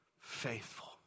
faithful